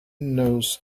knows